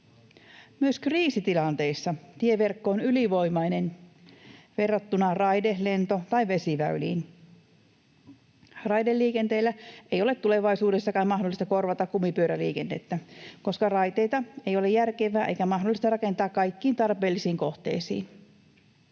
Myös kriisitilanteissa tieverkko on ylivoimainen verrattuna raide-, lento- tai vesiväyliin. Raideliikenteellä ei ole tulevaisuudessakaan mahdollista korvata kumipyöräliikennettä, koska raiteita ei ole järkevää eikä mahdollista rakentaa kaikkiin tarpeellisiin kohteisiin.